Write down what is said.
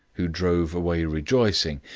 who drove away rejoicing,